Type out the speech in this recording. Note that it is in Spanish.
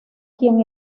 quien